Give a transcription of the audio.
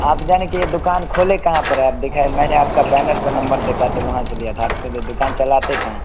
आप जाने के दुकान खोले कहाँ पर है आप दिखा मैंने आपका बैनर पर नंबर देखा तो वहाँ से लिया था आपका द दुकान चलाते कहाँ